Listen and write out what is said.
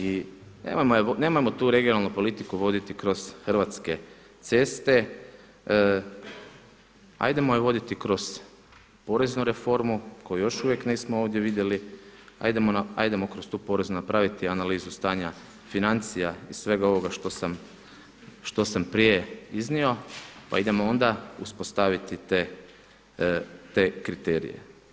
I nemojmo tu regionalnu politiku voditi kroz Hrvatske ceste, hajdemo je voditi kroz poreznu reformu koju još uvijek nismo ovdje vidjeli, hajdemo kroz tu poreznu napraviti analizu stanja financija i svega ovoga što sam prije iznio pa idemo onda uspostaviti te kriterije.